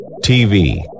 TV